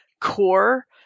core